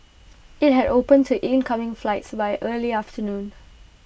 IT had opened to incoming flights by early afternoon